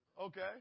Okay